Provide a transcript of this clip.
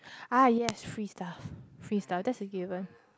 ah yes free stuff free stuff that's a given